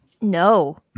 No